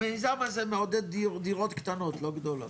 המיזם הזה מעודד דירות קטנות לא גדולות.